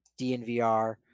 DNVR